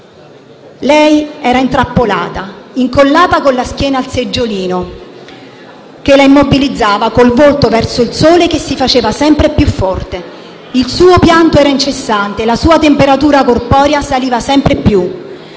Lei era intrappolata, incollata con la schiena al seggiolino che la immobilizzava col volto verso il sole che si faceva sempre più forte; il suo pianto era incessante, la sua temperatura corporea saliva sempre di